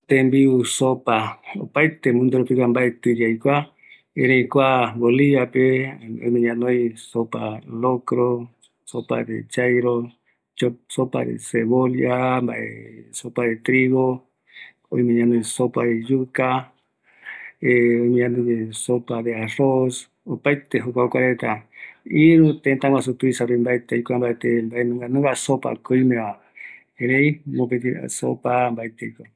Sopa opaete kerupirupigua mbaetɨ aikua, ëreɨ kuapegua, oïme sopa de mani, locro, chairo, trigo, verdura, jokua kuarupigua, iru tetaguasu pegua aikua